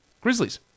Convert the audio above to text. Grizzlies